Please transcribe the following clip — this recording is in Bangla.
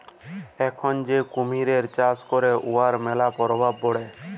এখল যে কুমহির চাষ ক্যরে উয়ার ম্যালা পরভাব পড়ে